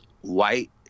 white